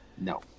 No